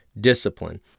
discipline